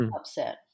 upset